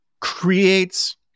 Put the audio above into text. creates